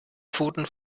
pfoten